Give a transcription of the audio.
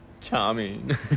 Charming